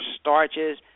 starches